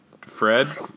Fred